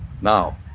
now